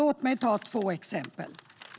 Låt mig ta två exempel.